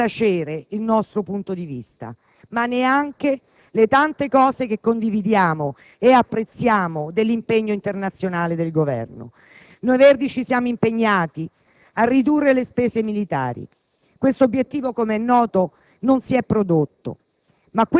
sottacere il nostro punto di vista, ma neanche le tante cose che condividiamo e apprezziamo dell'impegno internazionale del Governo. Noi Verdi ci siamo impegnati a ridurre le spese militari. Questo obiettivo, come è noto, non si è prodotto,